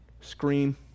scream